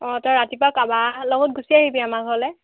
অ তই ৰাতিপুৱা কাৰোবাৰ লগত গুচি আহিবি আমাৰ ঘৰলৈ